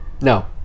No